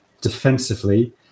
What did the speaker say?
defensively